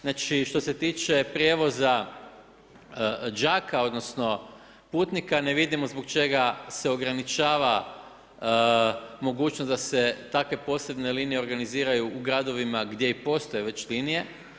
Znači, što se tiče prijevoza đaka, odnosno putnika ne vidimo zbog čega se ograničava mogućnost da se takve posebne linije organiziraju u gradovima gdje i postoje već linije.